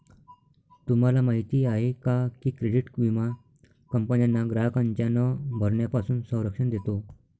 तुम्हाला माहिती आहे का की क्रेडिट विमा कंपन्यांना ग्राहकांच्या न भरण्यापासून संरक्षण देतो